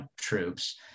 troops